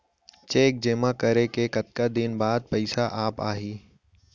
Cheque जेमा करे के कतका दिन बाद पइसा आप ही?